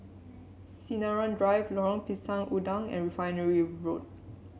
Sinaran Drive Lorong Pisang Udang and Refinery Road